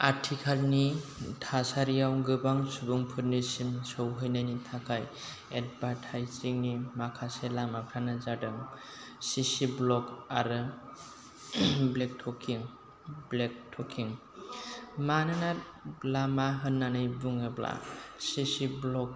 आथिखालनि थासारियाव गोबां सुबुंफोरनिसिम सौहैनायनि थाखाय एडभार्टाइजिंनि माखासे लामाफ्रानो जादों चिचि ब्लक आरो ब्लेक टकिं मानोना लामा होननानै बुङोब्ला चिचि ब्लक